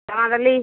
ଚଣା ଡାଲି